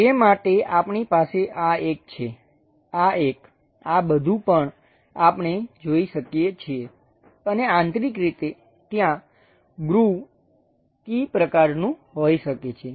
તે માટે આપણી પાસે આ એક છે આ એક આ બધું પણ આપણે જોઈ શકીએ છીએ અને આંતરિક રીતે ત્યાં ગ્રુવ કી પ્રકારનું હોઈ શકે છે